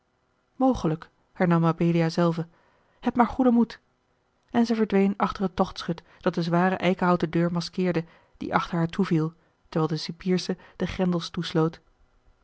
mogelijk hernam mabelia zelve heb maar goeden moed en zij verdween achter het tochtschut dat de zware eikenhouten deur maskeerde die achter haar toeviel terwijl de cipiersche de grendels toesloot